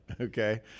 okay